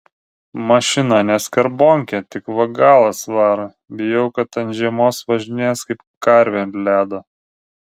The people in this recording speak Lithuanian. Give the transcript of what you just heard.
mašina ne skarbonkė tik va galas varo bijau kad ant žiemos važinės kaip karvė ant ledo